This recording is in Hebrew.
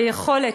ביכולת,